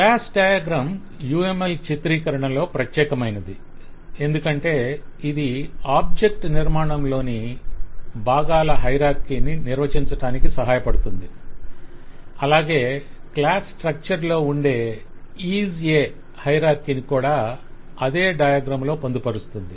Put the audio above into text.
class diagram UML చిత్రీకరణలో ప్రత్యేకమైనది ఎందుకంటే ఇది ఆబ్జెక్ట్ నిర్మాణంలోని బాగాల హైరార్కీ నిర్వచించటానికి సహాయపడుతుంది అలాగే క్లాస్ స్ట్రక్చర్ లో ఉండే 'IS A' హైరార్కీని కూడా అదే డయాగ్రం లో పొందుపరుస్తుంది